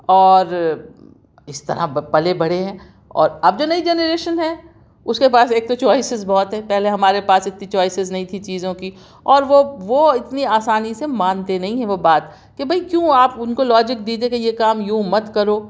اور اس طرح پلے بڑھے ہیں اور اب جو نئی جنریشن ہے اس کے پاس ایک تو چوائسیز بہت ہے پہلے ہمارے پاس اتنی چوائسیز نہیں تھی چیزوں کی اور وہ وہ اتنی آسانی سے مانتے نہیں ہیں وہ بات کہ بھائی کیوں آپ ان کو لاجک دیجیے کہ یہ کام یوں مت کرو